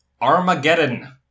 Armageddon